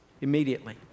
immediately